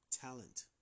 Talent